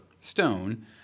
stone